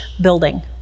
building